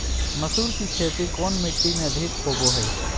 मसूर की खेती कौन मिट्टी में अधीक होबो हाय?